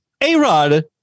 A-Rod